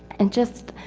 and just,